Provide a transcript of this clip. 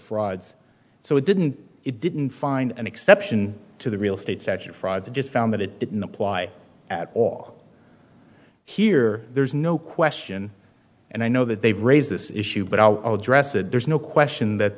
frauds so it didn't it didn't find an exception to the real state statute fraud just found that it didn't apply at all here there's no question and i know that they've raised this issue but i'll address it there's no question that